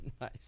Nice